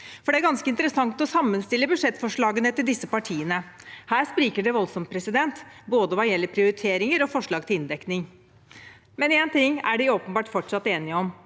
Det er ganske interessant å sammenstille budsjettforslagene til disse partiene. Her spriker det voldsomt, både hva gjelder prioriteringer og forslag til inndekning. Men én ting er de åpenbart fortsatt enige om,